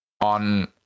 on